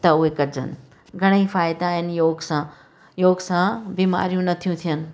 त उहे कनि घणे ई फ़ाइदा आहिनि योग सां योग सां बीमारियूं नथियूं थियनि